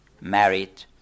married